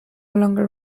longer